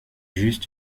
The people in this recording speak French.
juste